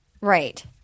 right